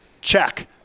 check